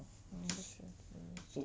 so